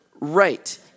right